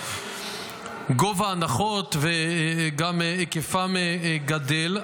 גובה ההנחות והיקפן גדל,